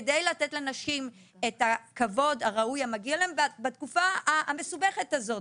כדי לתת לנשים את הכבוד הראוי המגיע להן בתקופה המסובכת הזאת,